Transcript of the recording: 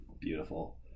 beautiful